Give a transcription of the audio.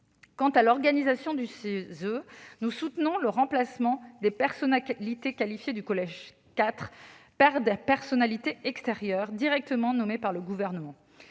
Quant à l'organisation du CESE, nous soutenons le remplacement des personnalités qualifiées du collège 4 par des personnalités extérieures directement nommées par le Gouvernement.